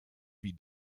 wie